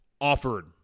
offered